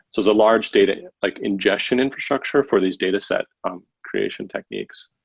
so the large data and like ingestion infrastructure for these dataset um creation techniques.